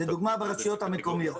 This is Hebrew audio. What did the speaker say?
לדוגמה ברשויות המקומיות.